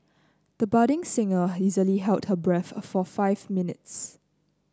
the budding singer easily held her breath a for five minutes